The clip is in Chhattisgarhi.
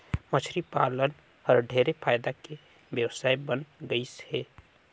मछरी पालन हर ढेरे फायदा के बेवसाय बन गइस हे